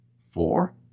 Four